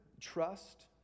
trust